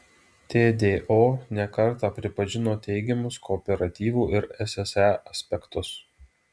tdo ne kartą pripažino teigiamus kooperatyvų ir sse aspektus